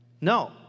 No